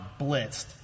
blitzed